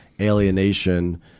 alienation